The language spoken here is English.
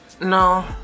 no